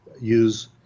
use